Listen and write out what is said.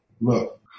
look